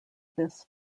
this